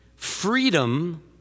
Freedom